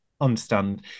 understand